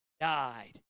died